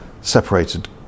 separated